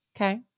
Okay